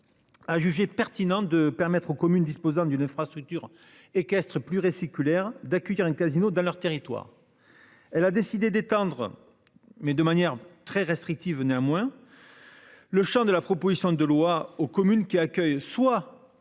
A jugé pertinent de permettre aux communes disposant d'une infrastructure équestre plus réticulaire d'accueillir un casino dans leur territoire. Elle a décidé d'étendre. Mais de manière très restrictive néanmoins. Le Champ de la proposition de loi aux communes qui accueillent soit